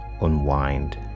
unwind